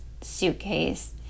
suitcase